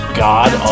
god